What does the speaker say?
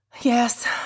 Yes